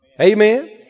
Amen